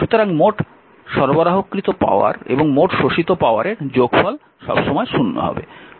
সুতরাং মোট সরবরাহকৃত পাওয়ার এবং মোট শোষিত পাওয়ারের যোগফল 0 হবে